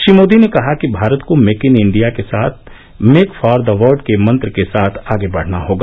श्री मोदी ने कहा कि भारत को मेक इन इंडिया के साथ साथ मेक फॉर द वर्ल्ड के मंत्र के साथ आगे बढना होगा